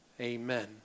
Amen